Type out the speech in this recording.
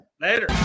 Later